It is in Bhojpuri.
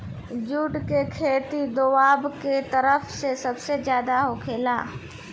जुट के खेती दोवाब के तरफ में सबसे ज्यादे होखेला